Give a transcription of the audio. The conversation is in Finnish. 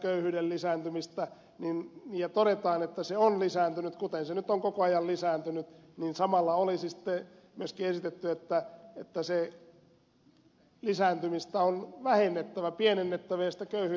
köyhyyden lisääntymistä tarkastellaan ja todetaan että se on lisääntynyt kuten se on nyt koko ajan lisääntynyt samalla olisi ster nosti esitetty että niin lisääntymistä on pienennettävä ja köyhyyttä on poistettava